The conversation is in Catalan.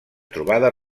trobades